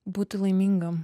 būti laimingam